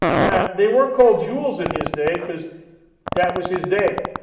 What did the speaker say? now, they weren't called joules in his day because that was his day.